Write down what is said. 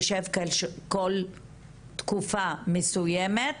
יישב כל תקופה מסוימת,